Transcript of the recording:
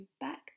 back